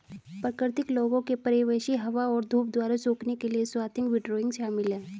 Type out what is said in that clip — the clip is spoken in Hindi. प्राकृतिक लोगों के परिवेशी हवा और धूप द्वारा सूखने के लिए स्वाथिंग विंडरोइंग शामिल है